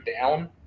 down